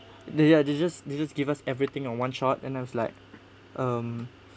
ya they just they just give us everything in one-shot and I was like um